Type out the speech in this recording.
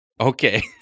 Okay